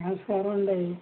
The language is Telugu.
నమస్కారమండి అయ్యా